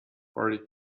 forty